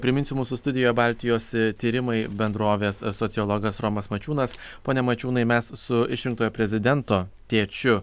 priminsiu mūsų studijoj baltijos tyrimai bendrovės sociologas romas mačiūnas pone mačiūnai mes su išrinktojo prezidento tėčiu